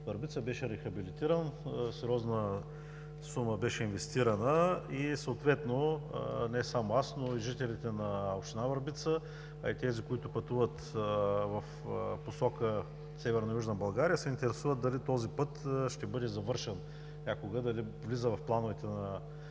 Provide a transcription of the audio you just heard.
Върбица, беше рехабилитиран. Сериозна сума беше инвестирана и съответно, не само аз, но и жителите на община Върбица, а и тези, които пътуват в посока Северна-Южна България, се интересуват дали този път ще бъде завършен някога, дали влиза в плановете на